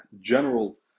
general